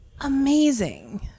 amazing